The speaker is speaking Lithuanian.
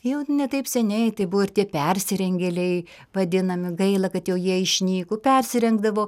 jau ne taip seniai tai buvo ir tie persirengėliai vadinami gaila kad jau jie išnyko persirengdavo